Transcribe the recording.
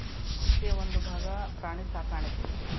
ಕೃಷಿಯ ಒಂದುಭಾಗಾ ಪ್ರಾಣಿ ಸಾಕಾಣಿಕೆ